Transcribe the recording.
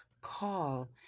call